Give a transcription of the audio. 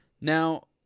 Now